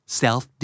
self